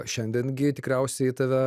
šiandien gi tikriausiai tave